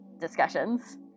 discussions